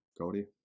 Cody